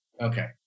Okay